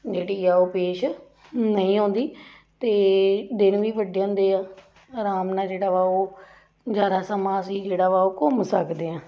ਜਿਹੜੀ ਆ ਉਹ ਪੇਸ਼ ਨਹੀਂ ਆਉਂਦੀ ਅਤੇ ਦਿਨ ਵੀ ਵੱਡੇ ਹੁੰਦੇ ਆ ਆਰਾਮ ਨਾਲ਼ ਜਿਹੜਾ ਵਾ ਉਹ ਜ਼ਿਆਦਾ ਸਮਾਂ ਅਸੀਂ ਜਿਹੜਾ ਵਾ ਉਹ ਘੁੰਮ ਸਕਦੇ ਹਾਂ